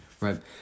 right